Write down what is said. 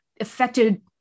affected